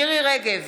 מירי מרים רגב,